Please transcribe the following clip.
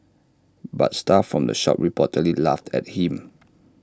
but staff from the shop reportedly laughed at him